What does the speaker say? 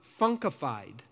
funkified